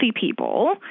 people